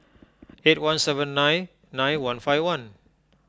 eight one seven nine nine one five one